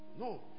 No